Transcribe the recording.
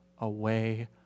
away